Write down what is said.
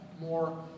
more